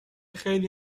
خیلی